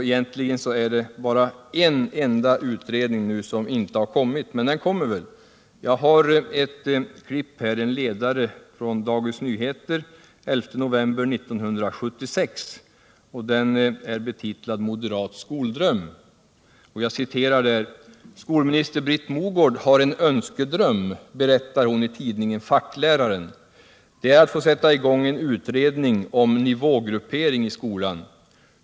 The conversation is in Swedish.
Egentligen är det bara en enda utredning som inte har kommit, men den kommer väl. Jag har här en ledare i Dagens Nyheter av den 11 november 1976. Titeln lyder ”Moderat skoldröm”. Jag citerar: ”Skolminister Britt Mogård har en önskedröm, berättar hon i tidningen Fackläraren. Det är att få sätta i gång en utredning om nivågruppering i skolan.